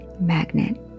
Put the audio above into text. magnet